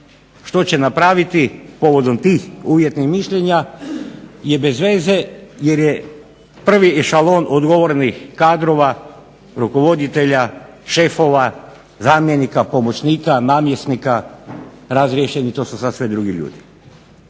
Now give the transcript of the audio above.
što će napraviti povodom tih uvjetnih mišljenja je bezveze jer je prvi ešalon odgovornih kadrova rukovoditelja, šefova, zamjenika pomoćnika, namjesnika razriješeno. To su sada sve drugi ljudi.